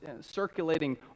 circulating